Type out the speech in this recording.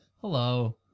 Hello